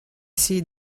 see